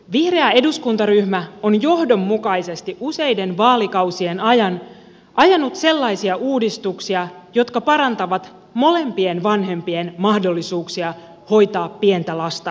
vihreä eduskuntaryhmä on johdonmukaisesti useiden vaalikausien ajan ajanut sellaisia uudistuksia jotka parantavat molempien vanhempien mahdollisuuksia hoitaa pientä lasta kotona